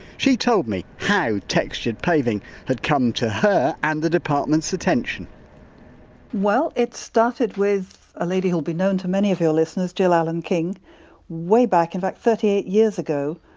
she told me how textured paving had come to her and the department's attention well it started with a lady who'll be known to many of your listeners jill allen-king way back, in fact thirty eight years ago.